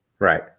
Right